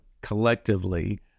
collectively